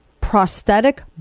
prosthetic